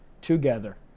together